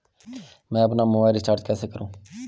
मैं अपना mobile recharge कैसे करूँ?